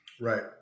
Right